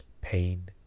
pain